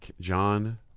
John